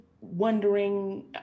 wondering